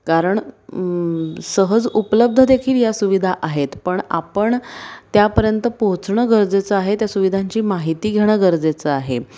कारण सहज उपलब्ध देखील या सुविधा आहेत पण आपण त्यापर्यंत पोहोचणं गरजेचं आहे त्या सुविधांची माहिती घेणं गरजेचं आहे